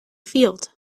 field